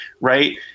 right